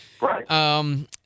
Right